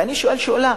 ואני שואל שאלה: